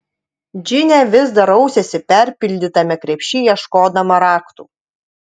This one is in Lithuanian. džinė vis dar rausėsi perpildytame krepšy ieškodama raktų